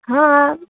हाँ